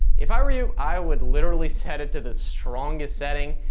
if i were you, i would literally set it to the strongest setting.